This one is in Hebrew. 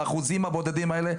באחוזים הבודדים האלה,